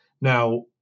Now